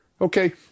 Okay